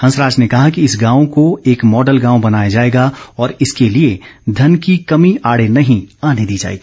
हंसराज ने कहा कि इस गांव को एक मॉडल गांव बनाया जाएगा और इसके लिए धन की कमी आड़े नहीं आने दी जाएगी